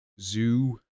zoo